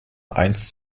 eins